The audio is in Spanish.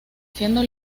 siendo